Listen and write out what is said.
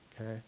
okay